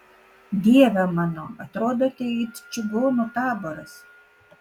dieve mano atrodote it čigonų taboras